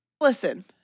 Listen